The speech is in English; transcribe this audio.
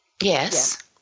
Yes